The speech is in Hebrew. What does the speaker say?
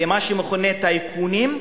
למה שמכונה "טייקונים",